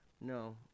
No